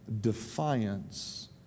defiance